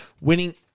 winning